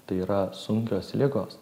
tai yra sunkios ligos